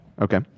Okay